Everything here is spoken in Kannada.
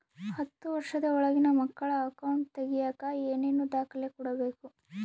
ಹತ್ತುವಷ೯ದ ಒಳಗಿನ ಮಕ್ಕಳ ಅಕೌಂಟ್ ತಗಿಯಾಕ ಏನೇನು ದಾಖಲೆ ಕೊಡಬೇಕು?